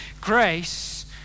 grace